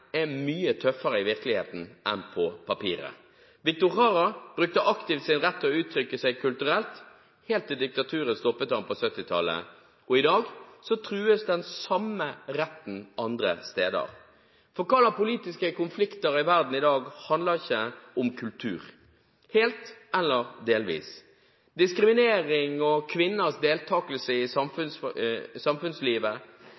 er mye tøffere i virkeligheten enn på papiret. Victor Jara brukte aktivt sin rett til å utrykke seg kulturelt helt til diktaturet stoppet ham på 1970-tallet. I dag trues den samme retten andre steder. For hvilke politiske konflikter i verden i dag handler ikke helt eller delvis om kultur? Diskriminering av kvinners deltakelse i